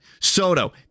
Soto